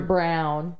Brown